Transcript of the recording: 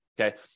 Okay